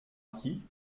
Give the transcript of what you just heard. marquis